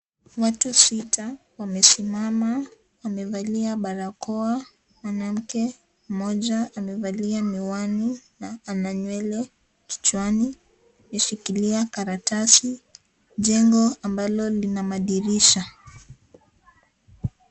Watu sita wamesimama wamevalia barakoa, mwanamke mmoja, amevalia miwani na ana nywele kichwani ameshikilia karatasi jengo ambalo lina madirisha.